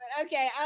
Okay